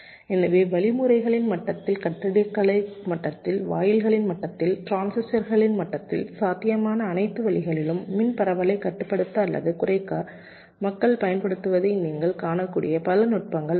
எனவே வழிமுறைகளின் மட்டத்தில் கட்டடக்கலைகளின் மட்டத்தில் வாயில்களின் மட்டத்தில் டிரான்சிஸ்டர்களின் மட்டத்தில் சாத்தியமான அனைத்து வழிகளிலும் மின் பரவலைக் கட்டுப்படுத்த அல்லது குறைக்க மக்கள் பயன்படுத்துவதை நீங்கள் காணக்கூடிய பல நுட்பங்கள் உள்ளன